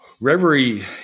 Reverie